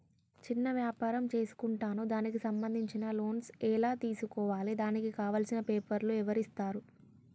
చిన్న వ్యాపారం చేసుకుంటాను దానికి సంబంధించిన లోన్స్ ఎలా తెలుసుకోవాలి దానికి కావాల్సిన పేపర్లు ఎవరిస్తారు?